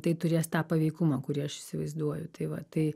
tai turės tą paveikumą kurį aš įsivaizduoju tai va tai